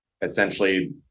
essentially